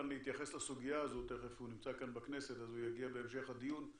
הוא נמצא כאן בכנסת והוא יגיע בהמשך הדיון,